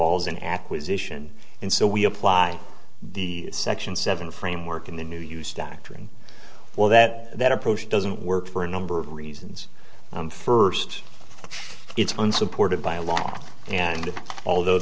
ball's in acquisition and so we apply the section seven framework in the new use doctrine well that that approach doesn't work for a number of reasons first it's unsupported by a lot and although